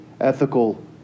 ethical